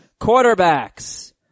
Quarterbacks